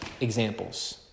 examples